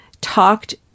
talked